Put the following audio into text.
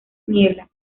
niebla